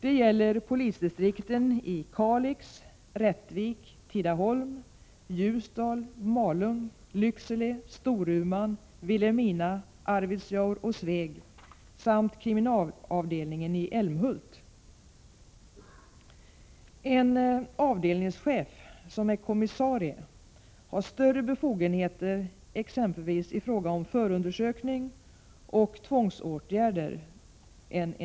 Det gäller polisdistrikten i Kalix, Rättvik, Tidaholm, Ljusdal, Malung, Lycksele, Storuman, Vilhelmina, Arvidsjaur och Sveg samt kriminalavdelningen i Älmhult. En avdelningschef som är kommissarie har större befogenheter än en inspektör exempelvis i fråga om förundersökning och tvångsåtgärder.